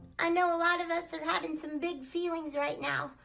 i know a lot of us are having some big feelings right now.